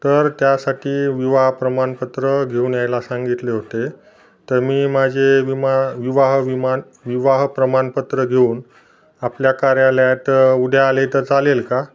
तर त्यासाठी विवाह प्रमाणपत्र घेऊन यायला सांगितले होते तर मी माझे विमा विवाह विमान विवाह प्रमाणपत्र घेऊन आपल्या कार्यालयात उद्या आले तर चालेल का